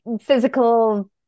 physical